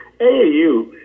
AAU